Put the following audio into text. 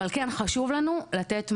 אבל כן חשוב לנו לתת מענה.